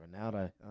Ronaldo